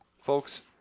folks